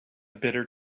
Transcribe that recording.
bitter